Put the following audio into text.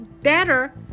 better